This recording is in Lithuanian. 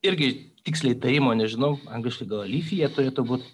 irgi tiksliai tarimo nežinau angliškai gal alifija turėtų būt